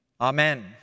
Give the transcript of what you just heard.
Amen